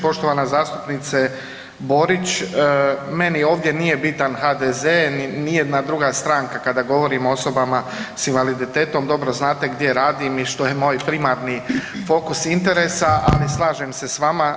Poštovana zastupnice Borić, meni ovdje nije bitan HDZ ni nijedna druga stranka kada govorimo o osobama s invaliditetom, dobro znate gdje radim i što je moj primarni fokus interesa, ali slažem se s vama.